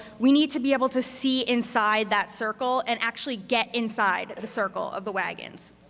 we need to be able to see inside that circle and actually get inside the circle of the wagons.